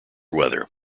weather